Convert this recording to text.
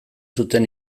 zuten